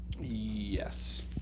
Yes